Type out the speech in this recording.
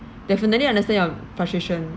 definitely I understand your frustration